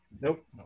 Nope